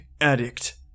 addict